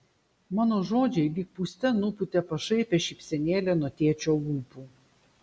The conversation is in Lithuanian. mano žodžiai lyg pūste nupūtė pašaipią šypsenėlę nuo tėčio lūpų